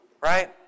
right